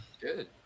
Good